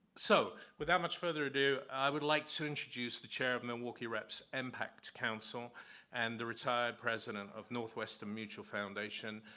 so without much further ado, i would like to introduce the chair of milwaukee rep's impact council and the retired president of northwestern mutual foundation.